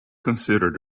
considered